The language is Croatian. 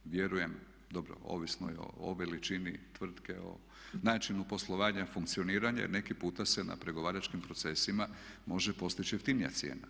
Vjerujem, dobro ovisno je o veličini tvrtke, o načinu poslovanja, funkcioniranje, jer neki puta se na pregovaračkim procesima može postići jeftinija cijena.